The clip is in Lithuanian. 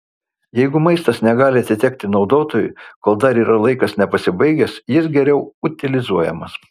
jeigu maistas negali atitekti naudotojui kol dar yra laikas nepasibaigęs jis geriau utilizuojamas